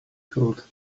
killed